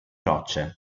rocce